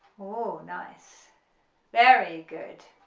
oh nice very good